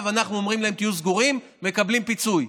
אנחנו אומרים להם שיהיו סגורים יקבלו פיצוי.